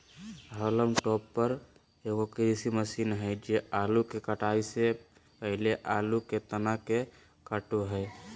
haulm topper एगो कृषि मशीन हइ जे आलू के कटाई से पहले आलू के तन के काटो हइ